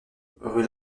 rue